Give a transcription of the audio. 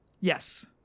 Yes